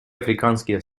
африканские